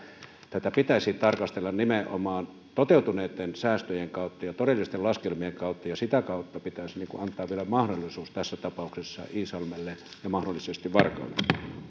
tätä pitäisi tarkastella nimenomaan toteutuneitten säästöjen kautta ja todellisten laskelmien kautta ja sitä kautta pitäisi antaa vielä mahdollisuus tässä tapauksessa iisalmelle ja mahdollisesti varkaudelle